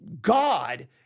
God